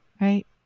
Right